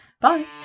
Bye